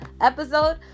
episode